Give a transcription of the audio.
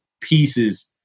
pieces